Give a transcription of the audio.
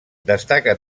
destaca